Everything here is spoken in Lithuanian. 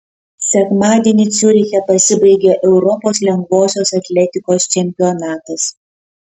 sekmadienį ciuriche pasibaigė europos lengvosios atletikos čempionatas